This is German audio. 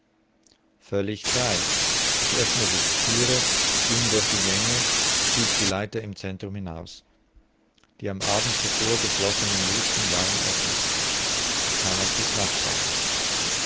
völlig frei ich öffnete die thüre ging durch die gänge stieg die leiter im centrum hinaus die am abend zuvor geschlossenen lucken waren offen ich kam auf die